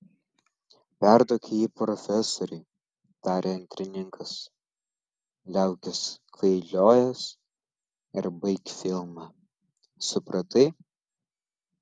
perduok jį profesoriui tarė antrininkas liaukis kvailiojęs ir baik filmą supratai